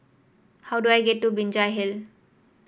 how do I get to Binjai Hill